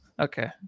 Okay